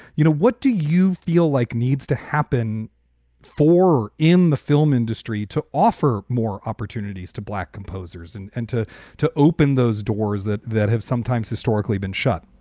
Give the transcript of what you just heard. you know, what do you feel like needs to happen for in the film industry to offer more opportunities to black composers and and to to open those doors that that have sometimes historically been shut?